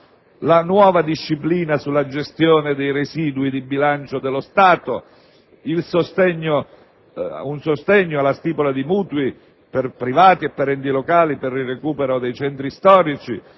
nuova disciplina sulla gestione dei residui di bilancio dello Stato; sostegno alla stipula di mutui per privati ed enti locali per il recupero dei centri storici;